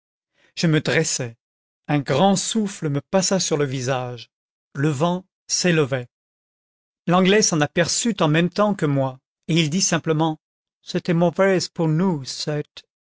je me dressai un grand souffle me passa sur le visage le vent s'élevait l'anglais s'en aperçut en même temps que moi et il dit simplement c'était mauvaise pour nous cette